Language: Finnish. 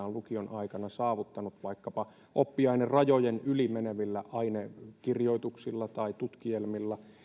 on lukion aikana saavuttanut vaikkapa oppiainerajojen yli menevillä ainekirjoituksilla tai tutkielmilla